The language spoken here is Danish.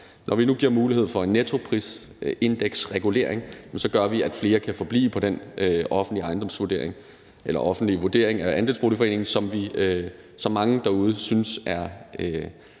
Når vi nu giver mulighed for en nettoprisindeksregulering, gør vi, at flere kan forblive på den offentlige vurdering af andelsboligforeningen, som mange derude synes er